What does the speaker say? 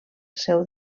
seu